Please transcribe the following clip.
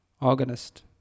Organist